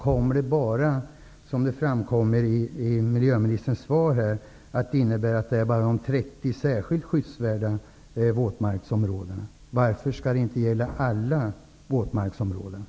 Kommer förbudet bara att, som det nämns i miljöministerns svar, gälla endast de 30 särskilt skyddsvärda våtmarksområdena?